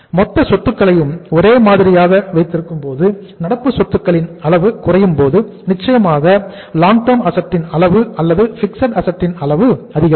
மொத்த சொத்துக்களையும் ஒரே மாதிரியாக வைத்திருக்கும்போது நடப்பு சொத்துக்களின் அளவு குறையும் போது நிச்சயமாக லாங் டெர்ம் ஆசெட்ஸ் ன் அளவு அதிகரிக்கும்